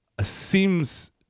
seems